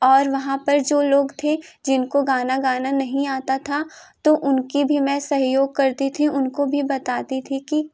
और वहाँ पर जो लोग थे जिनको गाना गाना नहीं आता था तो उनकी भी मैं सहयोग करती थी उनको भी बताती थी कि